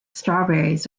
strawberries